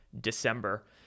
december